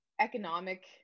economic